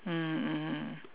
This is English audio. mmhmm mmhmm